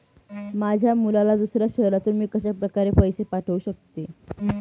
माझ्या मुलाला दुसऱ्या शहरातून मी कशाप्रकारे पैसे पाठवू शकते?